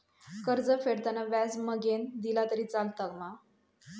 कर्ज फेडताना व्याज मगेन दिला तरी चलात मा?